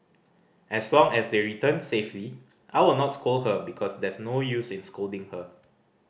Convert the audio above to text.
as long as they return safely I will not scold her because there's no use in scolding her